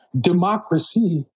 democracy